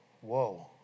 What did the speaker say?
Whoa